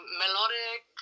melodic